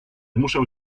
muszę